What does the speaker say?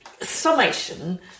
summation